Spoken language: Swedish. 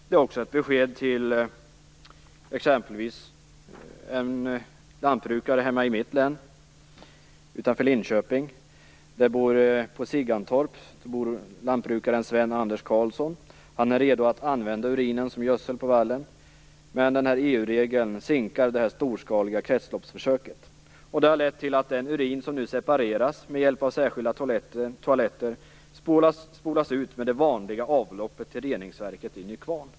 Det är också ett besked till t.ex. en lantbrukare hemma i mitt län utanför Linköping. På Siggantorp bor lantbrukaren Sven-Anders Carlsson. Han är redo att använda urinen som gödsel på vallen, men EU-regeln sinkar det här storskaliga kretsloppsförsöket. Det har lett till att den urin som nu separeras med hjälp av särskilda toaletter spolas ut med det vanliga avloppet till reningsverket i Nykvarn.